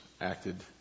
acted